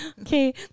Okay